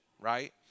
right